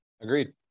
Agreed